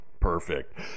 Perfect